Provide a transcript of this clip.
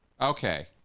Okay